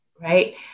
right